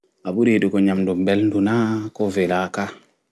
A ɓuri yiɗugo nyamɗu ɓelɗu naa ko velaa ka